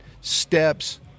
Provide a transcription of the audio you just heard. steps